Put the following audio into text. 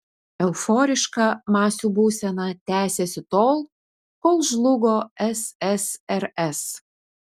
euforiška masių būsena tęsėsi tol kol žlugo ssrs